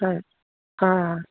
হয় হা